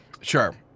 Sure